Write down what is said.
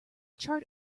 chart